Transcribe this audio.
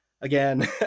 again